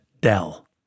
Dell